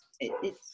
it's-